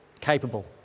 capable